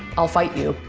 i'll fight you,